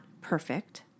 perfect